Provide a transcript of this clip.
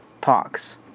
talks